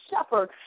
shepherd